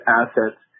assets